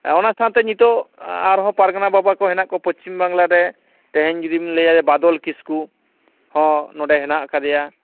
ᱚᱱᱟ ᱥᱟᱶᱛᱮ ᱱᱤᱛᱚᱜ ᱟᱨᱦᱚᱸ ᱯᱟᱨᱜᱟᱱᱟ ᱵᱟᱵᱟ ᱠᱚ ᱦᱮᱱᱟᱜ ᱠᱚᱣᱟ ᱯᱚᱪᱷᱤᱢ ᱵᱟᱝᱞᱟᱨᱮ ᱛᱮᱦᱮᱧ ᱡᱩᱫᱤᱢ ᱞᱟᱹᱭᱟ ᱵᱟᱫᱚᱞ ᱠᱤᱥᱠᱩ ᱦᱚᱸ ᱱᱚᱰᱮ ᱦᱮᱱᱟᱜ ᱟᱠᱟᱫᱮᱭᱟ